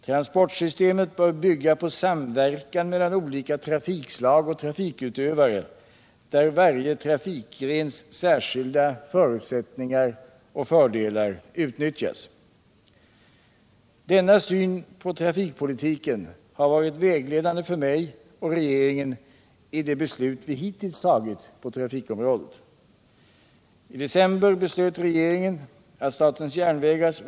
Transportsystemet bör bygga på samverkan mellan olika trafikslag och trafikutövare, där varje trafikgrens särskilda förutsättningar och fördelar utnyttjas. Denna syn på trafikpolitiken har varit vägledande för mig och regeringen i de beslut vi hittills tagit på trafikområdet.